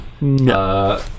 No